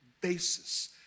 basis